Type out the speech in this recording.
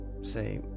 say